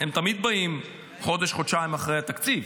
הם תמיד באים חודש-חודשיים אחרי התקציב,